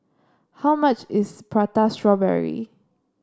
how much is Prata Strawberry